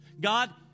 God